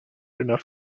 enough